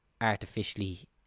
artificially